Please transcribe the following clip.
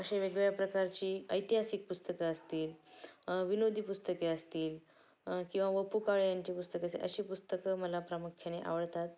अशी वेगवेगळ्या प्रकारची ऐतिहासिक पुस्तकं असतील विनोदी पुस्तके असतील किंवा वपु काळ्यांची पुस्तक असेल अशी पुस्तकं मला प्रामुख्याने आवडतात